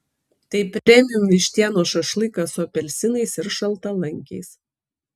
tai premium vištienos šašlykas su apelsinais ir šaltalankiais